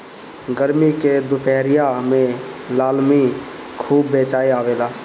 गरमी के दुपहरिया में लालमि खूब बेचाय आवेला